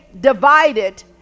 divided